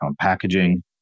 packaging